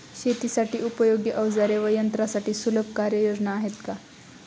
शेतीसाठी उपयोगी औजारे व यंत्रासाठी सुलभ कर्जयोजना आहेत का?